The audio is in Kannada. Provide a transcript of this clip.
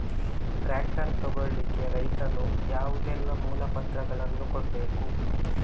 ಟ್ರ್ಯಾಕ್ಟರ್ ತೆಗೊಳ್ಳಿಕೆ ರೈತನು ಯಾವುದೆಲ್ಲ ಮೂಲಪತ್ರಗಳನ್ನು ಕೊಡ್ಬೇಕು?